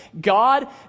God